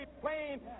plain